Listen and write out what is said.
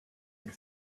and